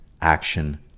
action